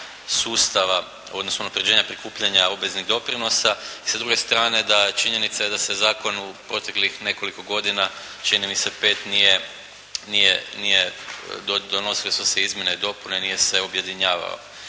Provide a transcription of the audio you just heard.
sustava u odnosu unapređenja prikupljanja obveznih doprinosa i sa druge strane da činjenica je da se zakon u proteklih nekoliko godina, čini mi se pet, donosile su se izmjene i dopune, nije se objedinjavao.